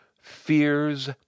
Fears